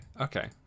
okay